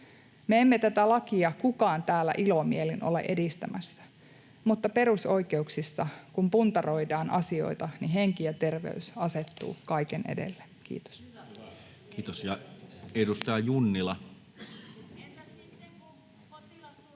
Meistä ei tätä lakia kukaan täällä ilomielin ole edistämässä. Mutta perusoikeuksista, kun puntaroidaan asioita, henki ja terveys asettuvat kaiken edelle. — Kiitos. [Speech 71]